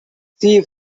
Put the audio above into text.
see